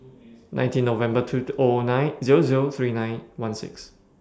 nineteen November two O O nine Zero Zero three nine one six